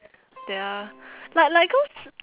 like like cause